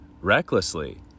recklessly